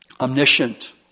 omniscient